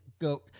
go